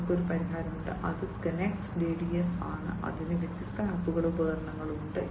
അവർക്ക് ഒരു പരിഹാരമുണ്ട് അത് Connext DDS ആണ് അതിന് വ്യത്യസ്ത ആപ്പുകളും ഉപകരണങ്ങളും ഉണ്ട്